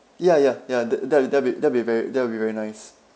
ya ya ya that that'll that'll be that'll be very that'll be very nice